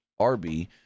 RB